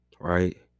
right